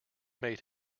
made